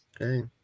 Okay